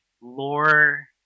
lore